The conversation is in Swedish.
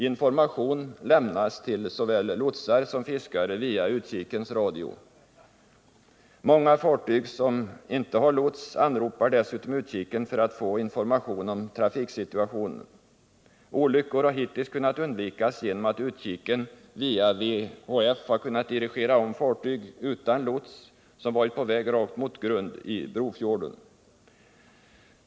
Information lämnas till såväl lotsar som fiskare via utkikens radio. Många fartyg som inte har lots anropar dessutom utkiken för att få information om trafiksituationen. Olyckor har hittills kunnat undvikas genom att utkiken via V.H.F. har kunnat dirigera om fartyg utan lots som varit på väg rakt mot grund i Brofjorden.